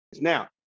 Now